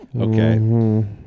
Okay